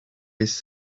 his